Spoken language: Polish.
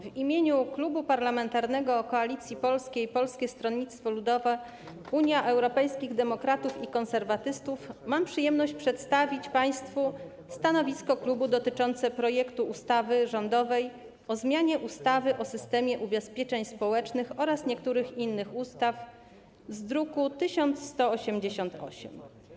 W imieniu Klubu Parlamentarnego Koalicja Polska - Polskie Stronnictwo Ludowe, Unia Europejskich Demokratów, Konserwatyści mam przyjemność przedstawić państwu stanowisko klubu wobec rządowego projektu ustawy o zmianie ustawy o systemie ubezpieczeń społecznych oraz niektórych innych ustaw z druku nr 1188.